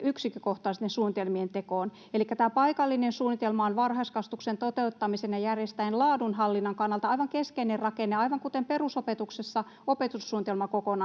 yksikkökohtaisten suunnitelmien tekoon. Elikkä tämä paikallinen suunnitelma on varhaiskasvatuksen toteuttamisen ja järjestäjän laadunhallinnan kannalta aivan keskeinen rakenne, aivan kuten perusopetuksessa opetussuunnitelmakokonaisuus.